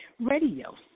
radio